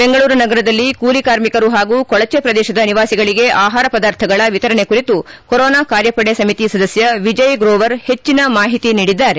ಬೆಂಗಳೂರು ನಗರದಲ್ಲಿ ಕೂಲಿ ಕಾರ್ಮಿಕರು ಹಾಗೂ ಕೊಳಚೆ ಪ್ರದೇಶದ ನಿವಾಸಿಗಳಿಗೆ ಆಹಾರ ಪದಾರ್ಥಗಳ ವಿತರಣೆ ಕುರಿತು ಕೊರೊನಾ ಕಾರ್ಯಪಡೆ ಸಮಿತಿ ಸದಸ್ಯ ವಿಜಯ್ ಗ್ರೊವರ್ ಹೆಚ್ಚಿನ ಮಾಹಿತಿ ನೀಡಿದ್ದಾರೆ